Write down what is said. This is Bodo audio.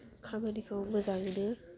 खामानिखौ मोजाङैनो